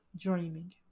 dreaming